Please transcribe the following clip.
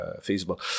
feasible